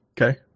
Okay